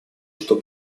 что